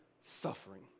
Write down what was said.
suffering